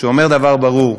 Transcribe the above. שאומר דבר ברור: